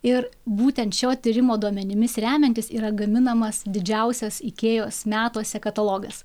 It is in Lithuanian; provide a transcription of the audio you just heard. ir būtent šio tyrimo duomenimis remiantis yra gaminamas didžiausias ikėjos metuose katalogas